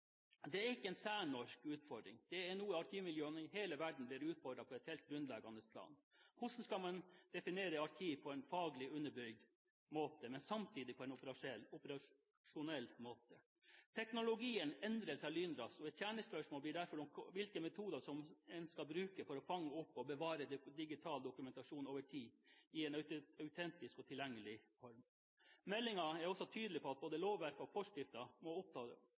Det er ikke en særnorsk utfordring, her blir arkivmiljøene i hele verden utfordret på et helt grunnleggende plan. Hvordan skal man definere arkiv på en faglig underbygd måte, men samtidig på en operasjonell måte? Teknologien endrer seg lynraskt, og et kjernespørsmål blir derfor hvilke metoder en skal bruke for å fange opp og bevare digital dokumentasjon over tid, i en autentisk og tilgjengelig form. Meldingen er også tydelig på at både lovverk og forskrifter må